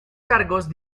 cargos